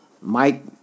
Mike